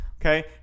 okay